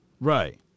Right